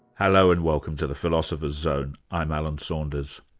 hello and welcome to the philosopher's zone. i'm alan saunders.